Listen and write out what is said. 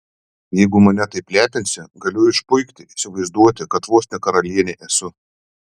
jeigu mane taip lepinsi galiu išpuikti įsivaizduoti kad vos ne karalienė esu